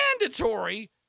mandatory